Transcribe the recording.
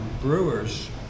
brewers